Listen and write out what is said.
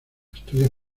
estudios